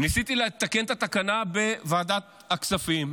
ניסיתי לתקן את התקנה בוועדת הכספים.